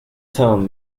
town